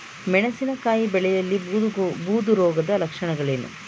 ಮೆಣಸಿನಕಾಯಿ ಬೆಳೆಯಲ್ಲಿ ಬೂದು ರೋಗದ ಲಕ್ಷಣಗಳೇನು?